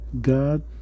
God